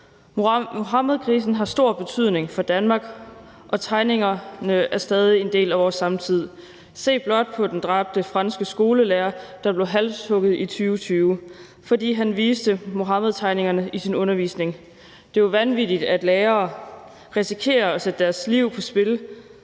Muhammedkrisen har stor betydning for Danmark, og tegningerne er stadig en del af vores samtid; se blot den dræbte franske skolelærer, der blev halshugget i 2020, fordi han viste Muhammedtegningerne i sin undervisning. Det er jo vanvittigt, at lærere risikerer at sætte deres liv på spil